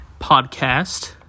Podcast